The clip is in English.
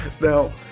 Now